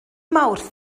mawrth